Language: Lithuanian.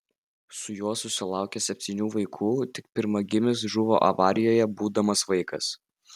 su juo susilaukė septynių vaikų tik pirmagimis žuvo avarijoje būdamas vaikas